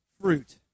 fruit